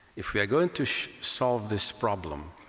if we are going to solve this problem,